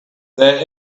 there